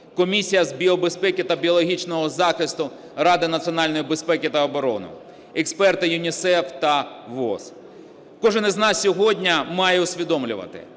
Комісія з біобезпеки та біологічного захисту Ради національної безпеки та оборони, експерти ЮНІСЕФ та ВООЗ. Кожен із нас сьогодні має усвідомлювати